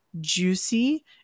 juicy